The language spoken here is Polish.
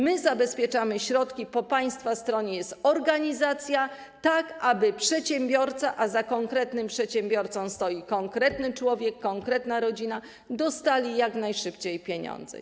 My zabezpieczamy środki, po państwa stronie jest organizacja, tak aby przedsiębiorca, a za konkretnym przedsiębiorcą stoi konkretny człowiek, konkretna rodzina, dostali jak najszybciej pieniądze.